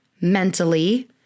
mentally